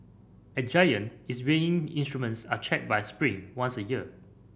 at Giant its weighing instruments are checked by Spring once a year